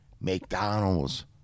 McDonald's